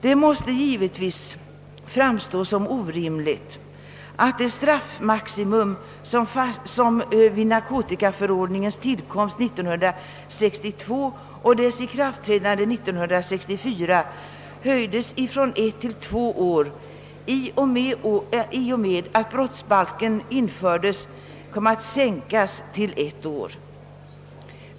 Det måste givetvis framstå som orimligt att det straffmaximum, som vid narkotikaförordningens tillkomst år 1962 och dess ikraftträdande 1964 höjdes från ett till två år, i och med att brottsbalken infördes kom att sänkas till ett år.